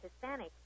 Hispanic